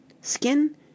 skin